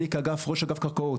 אני ראש אגף קרקעות,